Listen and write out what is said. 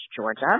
georgia